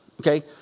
Okay